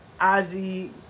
Ozzy